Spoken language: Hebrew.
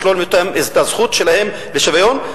לשלול מהם את הזכות שלהם לשוויון?